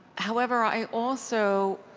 however, i also